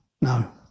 No